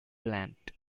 plant